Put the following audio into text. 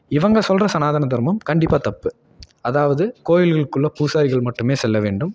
இவங்க சொல்கிற சனாதன தர்மம் கண்டிப்பாக தப்பு அதாவது கோவில்களுக்குள்ளே பூசாரிகள் மட்டுமே செல்ல வேண்டும்